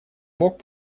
бог